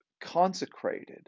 consecrated